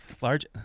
Large